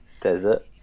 Desert